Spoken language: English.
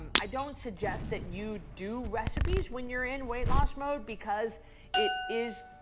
um i don't suggest that you do recipes when you're in weight-loss mode, because it is,